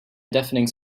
deafening